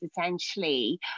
essentially